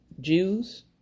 Jews